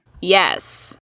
yes